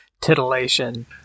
titillation